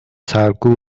سرکوب